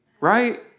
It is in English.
Right